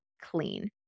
clean